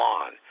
on